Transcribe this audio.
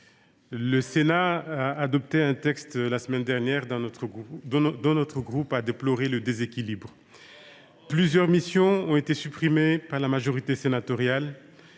le Sénat a adopté la semaine dernière un texte dont notre groupe a déploré le déséquilibre. Plusieurs missions ont été supprimées par la majorité sénatoriale